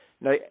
Now